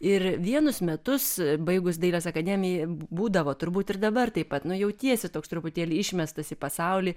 ir vienus metus baigus dailės akademiją būdavo turbūt ir dabar taip pat nu jautiesi toks truputėlį išmestas į pasaulį